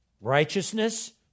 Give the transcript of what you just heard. righteousness